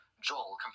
Joel